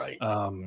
right